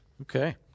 Okay